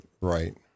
right